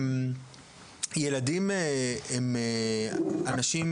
ילדים הם אנשים